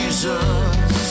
Jesus